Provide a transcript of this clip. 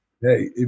hey